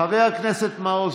חבר הכנסת מעוז,